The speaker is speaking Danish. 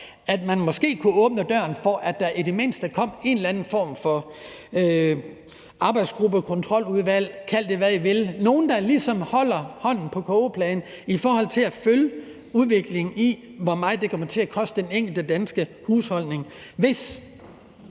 herop, måske kunne åbne døren for, at der i det mindste kom en eller anden form for arbejdsgruppe eller kontroludvalg, kald det, hvad I vil, nogle, der ligesom holder hånden på kogepladen i forhold til at følge udviklingen i, hvor meget det kommer til at koste den enkelte danske husholdning, hvis